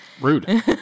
Rude